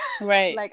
Right